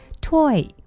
Toy